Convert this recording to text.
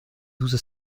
douze